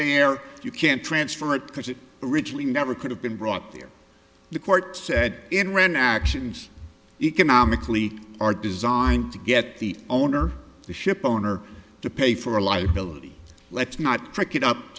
there you can't transfer it because it originally never could have been brought there the court said enron actions economically are designed to get the owner the ship owner to pay for a liability let's not track it up